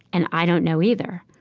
and i don't know either.